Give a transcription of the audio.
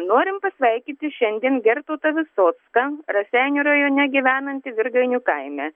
norim pasveikyti šiandien gertautą visocką raseinių rajone gyvenantį virgainių kaime